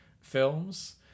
films